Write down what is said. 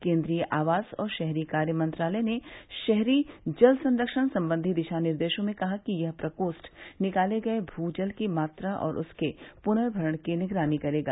केन्द्रीय आवास और शहरी कार्य मंत्रालय ने शहरी जल संरक्षण संबंधी दिशा निर्देशों में कहा कि यह प्रकोष्ठ निकाले गए भू जल की मात्रा और उसके पुर्नभरण की निगरानी करेगा